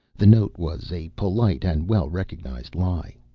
the note was a polite and well-recognized lie.